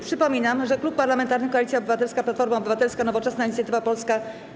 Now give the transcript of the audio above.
Przypominam, że Klub Parlamentarny Koalicja Obywatelska - Platforma Obywatelska, Nowoczesna, Inicjatywa Polska,